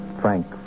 Frank